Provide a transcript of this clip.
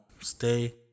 stay